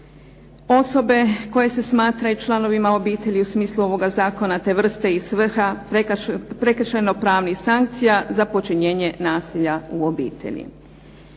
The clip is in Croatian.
osobe koje se smatraju članovima obitelji u smislu ovoga zakona te vrste i svrha prekršajno pravnih sankcija za počinjenje nasilja u obitelji.